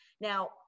Now